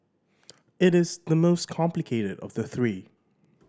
it is the most complicated of the three